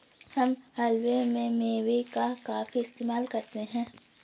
हम हलवे में मेवे का काफी इस्तेमाल करते हैं